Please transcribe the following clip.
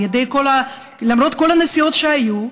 למרות כל הנסיעות שהיו,